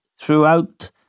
throughout